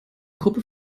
gruppe